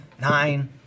nine